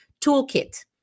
toolkit